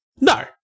No